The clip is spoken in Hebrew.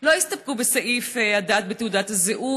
לא הסתפקו בסעיף הדת בתעודת הזהות,